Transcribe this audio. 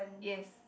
yes